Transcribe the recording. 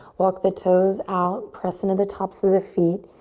walk the toes out. press in to the tops of the feet.